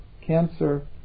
cancer